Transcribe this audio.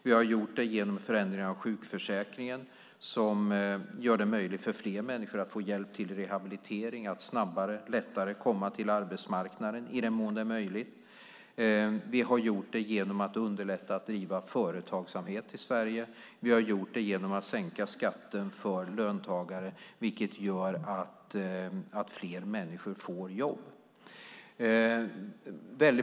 Vi har gjort det genom förändring av sjukförsäkringen, som gör det möjligt för fler människor att få hjälp till rehabilitering och att snabbare och lättare komma till arbetsmarknaden i den mån det är möjligt. Vi har gjort det genom att underlätta företagsamhet i Sverige. Vi har gjort det genom att sänka skatten för löntagare, vilket gör att fler människor får jobb.